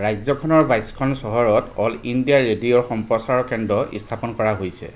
ৰাজ্যখনৰ বাইছখন চহৰত অল ইণ্ডিয়া ৰেডিঅ'ৰ সম্প্ৰচাৰ কেন্দ্ৰ স্থাপন কৰা হৈছে